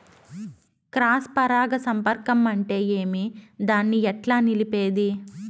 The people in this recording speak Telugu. క్రాస్ పరాగ సంపర్కం అంటే ఏమి? దాన్ని ఎట్లా నిలిపేది?